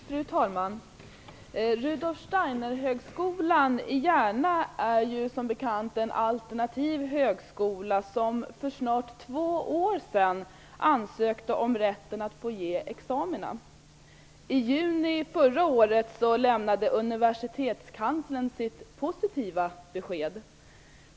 Fru talman! Rudolf Steiner-högskolan i Järna är ju en alternativ högskola som bekant, vilken för snart två år sedan ansökte om rätten att få ge examina. I juni förra året lämnade Universitetskanslern sitt positiva besked.